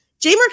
Jamer